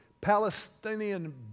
Palestinian